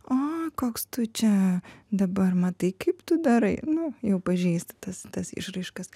o koks tu čia dabar matai kaip tu darai nu jau pažįsti tas tas išraiškas